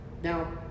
Now